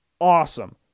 awesome